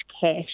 cash